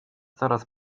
coraz